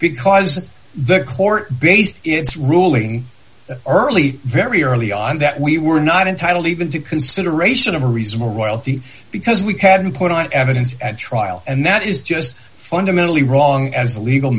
because the court based its ruling early very early on that we were not entitle even to consideration of a reasonable royalty because we hadn't put on evidence at trial and that is just fundamentally wrong as a legal